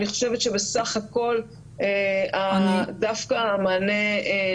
אני חושבת שבסך הכול המענה דווקא ניתן.